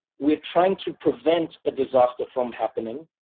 we're trying to prevent a disaster from happening,